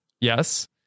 Yes